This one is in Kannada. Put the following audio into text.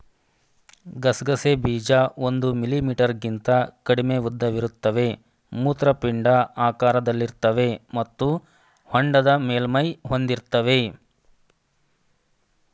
ಗಸಗಸೆ ಬೀಜ ಒಂದು ಮಿಲಿಮೀಟರ್ಗಿಂತ ಕಡಿಮೆ ಉದ್ದವಿರುತ್ತವೆ ಮೂತ್ರಪಿಂಡ ಆಕಾರದಲ್ಲಿರ್ತವೆ ಮತ್ತು ಹೊಂಡದ ಮೇಲ್ಮೈ ಹೊಂದಿರ್ತವೆ